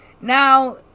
now